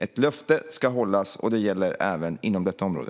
Ett löfte ska hållas, och det gäller även inom detta område.